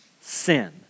sin